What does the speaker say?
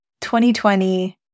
2020